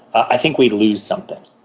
i think we lose something.